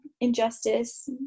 injustice